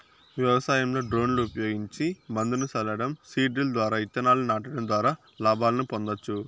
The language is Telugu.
వ్యవసాయంలో డ్రోన్లు ఉపయోగించి మందును సల్లటం, సీడ్ డ్రిల్ ద్వారా ఇత్తనాలను నాటడం ద్వారా లాభాలను పొందొచ్చు